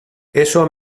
eso